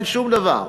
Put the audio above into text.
אין שום דבר.